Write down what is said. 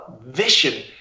vision